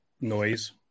noise